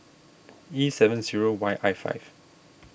E seven zero Y I five